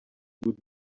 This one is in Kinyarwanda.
god